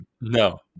No